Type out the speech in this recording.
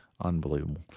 Unbelievable